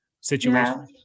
situation